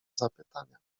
zapytania